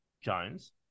Jones